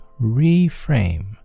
reframe